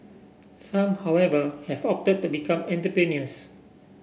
some however have opted to become entrepreneurs